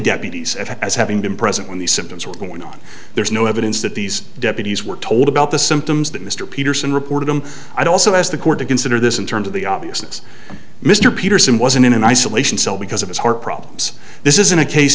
deputies as having been present when these symptoms were going on there's no evidence that these deputies were told about the symptoms that mr peterson reported them i'd also ask the court to consider this in terms of the obvious mr peterson was in an isolation cell because of his heart problems this isn't a case